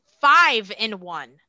five-in-one